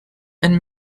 and